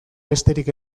besterik